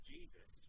Jesus